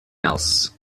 else